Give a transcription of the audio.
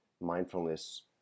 mindfulness